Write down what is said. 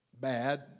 bad